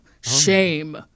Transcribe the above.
shame